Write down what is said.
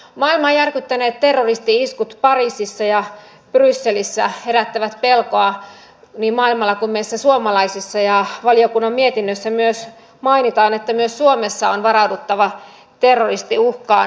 maailmaa järkyttäneet terroristi iskut pariisissa ja brysselissä herättävät pelkoa niin maailmalla kuin meissä suomalaisissa ja valiokunnan mietinnössä myös mainitaan että myös suomessa on varauduttava terroristiuhkaan